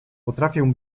potrafię